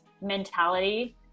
mentality